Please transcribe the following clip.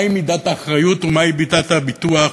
מהי מידת האחריות ומהי מידת הביטוח